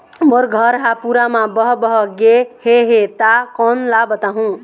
मोर घर हा पूरा मा बह बह गे हे हे ता कोन ला बताहुं?